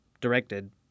directed